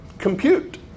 compute